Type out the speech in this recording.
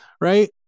right